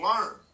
learn